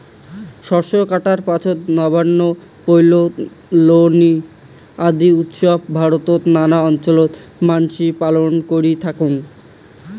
শস্য কাটার পাছত নবান্ন, পোঙ্গল, লোরী আদি উৎসব ভারতত নানান অঞ্চলত মানসি পালন করি থাকং